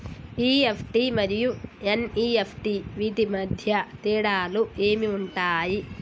EFT మరియు NEFT వీటి మధ్య తేడాలు ఏమి ఉంటాయి?